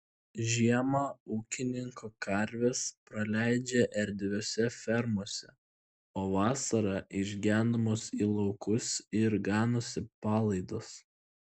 žiemą ūkininko karvės praleidžia erdviose fermose o vasarą išgenamos į laukus ir ganosi palaidos